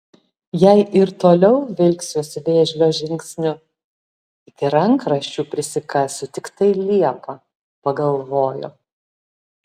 jei ir toliau vilksiuosi vėžlio žingsniu iki rankraščių prisikasiu tiktai liepą pagalvojo